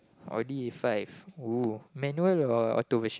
audi five !ooh! manual or auto version